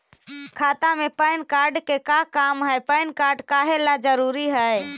खाता में PAN card के का काम है पैन कार्ड काहे ला जरूरी है?